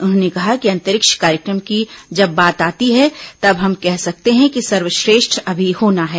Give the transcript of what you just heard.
उन्होंने कहा कि अंतरिक्ष कार्यक्रम की जब बात आती है तब हम कह सकते हैं कि सर्वश्रेष्ठ अभी होना है